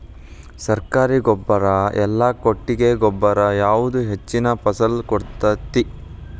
ಸರ್ಕಾರಿ ಗೊಬ್ಬರ ಇಲ್ಲಾ ಕೊಟ್ಟಿಗೆ ಗೊಬ್ಬರ ಯಾವುದು ಹೆಚ್ಚಿನ ಫಸಲ್ ಕೊಡತೈತಿ?